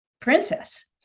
princess